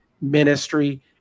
ministry